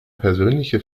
persönliche